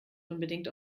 unbedingt